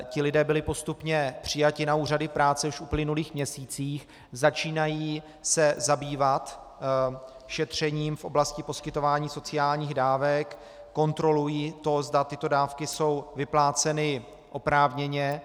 Ti lidé byli postupně přijati na úřady práce již v uplynulých měsících, začínají se zabývat šetřením v oblasti poskytování sociálních dávek, kontrolují to, zda tyto dávky jsou vypláceny oprávněně.